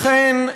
לכן,